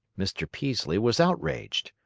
mr. peaslee was outraged.